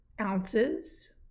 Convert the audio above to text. ounces